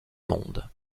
monde